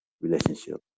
relationship